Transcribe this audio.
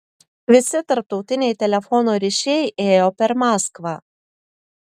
visi tarptautiniai telefono ryšiai ėjo per maskvą